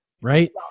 right